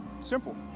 simple